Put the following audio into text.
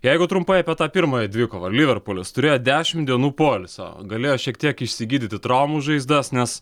jeigu trumpai apie tą pirmąją dvikovą liverpulis turėjo dešimt dienų poilsio galėjo šiek tiek išsigydyti traumų žaizdas nes